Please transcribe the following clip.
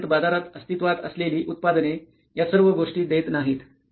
आतापर्यंत बाजारात अस्तित्त्वात असलेली उत्पादने या सर्व गोष्टी देत नाहीत